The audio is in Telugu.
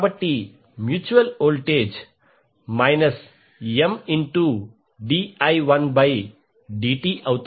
కాబట్టి మ్యూచువల్ వోల్టేజ్ Mdi1dtఅవుతుంది